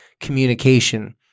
communication